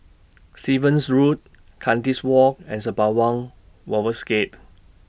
Stevens Road Kandis Walk and Sembawang Wharves Gate